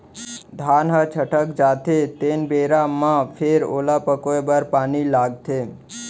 धान ह छटक जाथे तेन बेरा म फेर ओला पकोए बर पानी लागथे